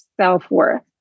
self-worth